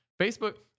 Facebook